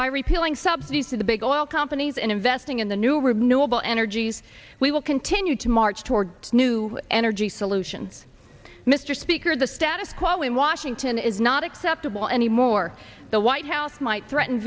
by repealing subsidies to the big oil companies and investing in the new renewable energies we will continue to march toward new energy solutions mr speaker the status quo in washington is not acceptable anymore the white house might threaten